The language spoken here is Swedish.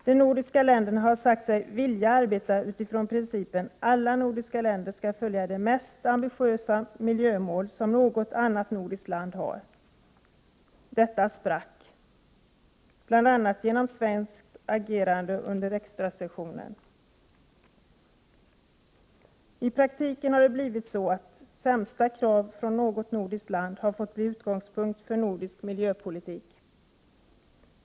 De nordiska länderna har sagt sig vilja arbeta utifrån principen: Alla nordiska länder skall följa de mest ambitiösa miljömål som något annat nordiskt land har. Detta sprack — bl.a. genom svenskt agerande — under extrasessionen. I praktiken har det blivit så att sämsta krav från något nordiskt land har fått bli utgångspunkten för nordisk miljöpolitik.